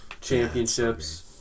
championships